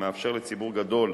מאפשר לציבור גדול,